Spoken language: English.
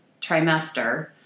trimester